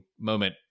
moment